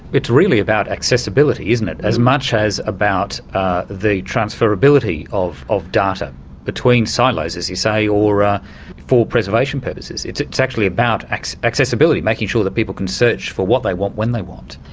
it's really about accessibility, isn't it, as much as about the transferability of of data between silos, as you say, or ah for preservation purposes, it's it's actually about accessibility, making sure that people can search for what they want, when they want.